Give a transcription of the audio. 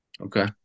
okay